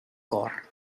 cor